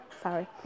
sorry